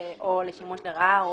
או לשימוש לרעה,